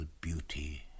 beauty